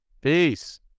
Peace